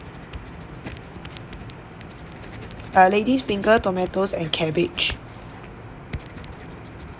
a lady's finger tomatoes and cabbage